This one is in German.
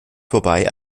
vorbei